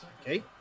Okay